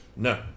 No